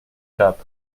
cap